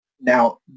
now